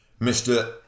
Mr